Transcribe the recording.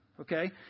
okay